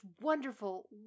wonderful